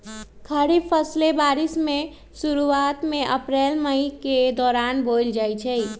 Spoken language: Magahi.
खरीफ फसलें बारिश के शुरूवात में अप्रैल मई के दौरान बोयल जाई छई